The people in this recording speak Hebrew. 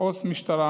עו"ס משטרה,